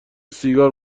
سیگار